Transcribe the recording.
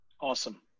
Awesome